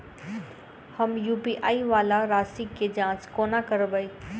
हम यु.पी.आई वला राशि केँ जाँच कोना करबै?